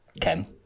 chem